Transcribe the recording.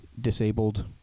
disabled